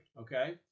Okay